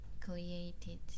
created